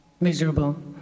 miserable